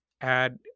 add